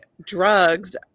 drugs